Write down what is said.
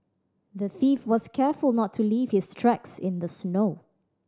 the thief was careful not to leave his tracks in the snow